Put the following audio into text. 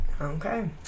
Okay